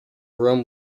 room